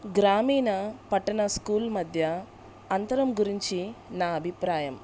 గ్రామీణ పట్టణ స్కూల్ మధ్య అంతరం గురించి నా అభిప్రాయం